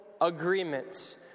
agreements